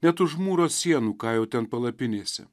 net už mūro sienų ką jau ten palapinėse